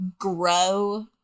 grow